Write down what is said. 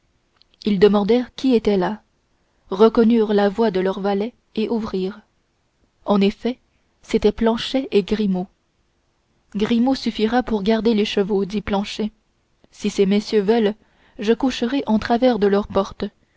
ils demandèrent qui était là reconnurent la voix de leurs valets et ouvrirent en effet c'étaient planchet et grimaud grimaud suffira pour garder les chevaux dit planchet si ces messieurs veulent je coucherai en travers de leur porte